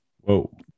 whoa